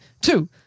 Two